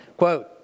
Quote